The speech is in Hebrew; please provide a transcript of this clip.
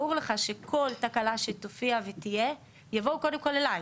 ברור שכל תקלה שתהיה, יבואו קודם כול אליי.